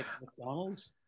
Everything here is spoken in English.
McDonald's